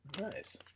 Nice